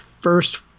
first